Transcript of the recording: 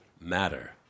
Matter